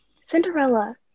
Cinderella